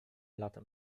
latem